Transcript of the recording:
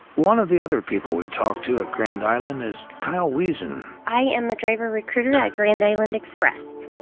one of the other people we talk to at grand island is kyle wiesen. i am the driver recruiter at grand island express.